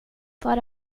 var